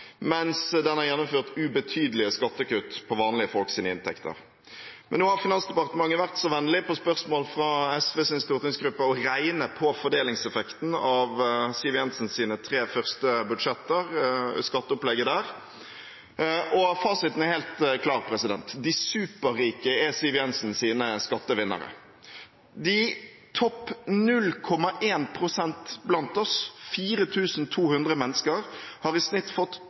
mens den har gjennomført ubetydelige skattekutt på vanlige folks inntekter. Men nå har Finansdepartementet vært så vennlig, på spørsmål fra SVs stortingsgruppe, å regne på fordelingseffekten av Siv Jensens tre første budsjetter og skatteopplegget der, og fasiten er helt klar: De superrike er Siv Jensens skattevinnere. De topp 0,1 pst. blant oss, 4 200 mennesker, har i snitt fått